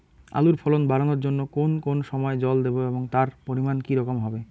আলুর ফলন বাড়ানোর জন্য কোন কোন সময় জল দেব এবং তার পরিমান কি রকম হবে?